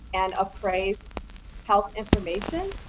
and appraise health information.